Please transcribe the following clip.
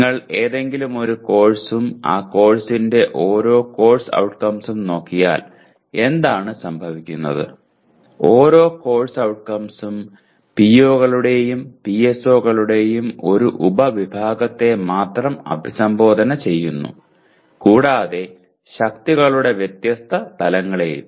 നിങ്ങൾ ഏതെങ്കിലും ഒരു കോഴ്സും ആ കോഴ്സിന്റെ ഓരോ കോഴ്സ് ഔട്ട്കംസും നോക്കിയാൽ എന്താണ് സംഭവിക്കുന്നത് ഓരോ കോഴ്സ് ഔട്ട്കംസും PO കളുടെയും PSO കളുടെയും ഒരു ഉപവിഭാഗത്തെ മാത്രം അഭിസംബോധന ചെയ്യുന്നു കൂടാതെ ശക്തികളുടെ വ്യത്യസ്ത തലങ്ങളേയും